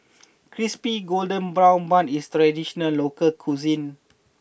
Crispy Golden Brown Bun is a traditional local cuisine